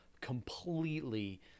completely